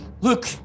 Look